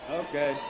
okay